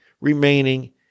remaining